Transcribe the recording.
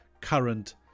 current